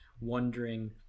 wondering